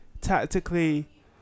tactically